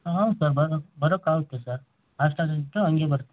ಹಾಂ ಹೌದು ಸರ್ ಬರೋದು ಬರೋಕ್ಕಾಗುತ್ತೆ ಸರ್ ಆಸ್ಟೆಲ್ ಹಂಗೇ ಬರ್ತೀವಿ